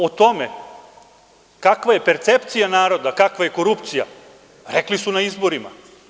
O tome kakva je percepcija naroda, kakva je korupcija, rekli su na izborima.